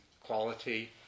quality